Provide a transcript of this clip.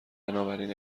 بنابراین